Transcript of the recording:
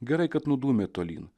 gerai kad nudūmė tolyn